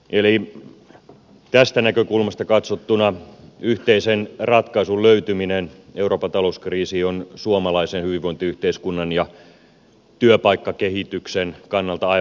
eli tästä näkökulmasta katsottuna yhteisen ratkaisun löytyminen euroopan talouskriisiin on suomalaisen hyvinvointiyhteiskunnan ja työpaikkakehityksen kannalta aivan olennainen